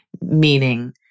Meaning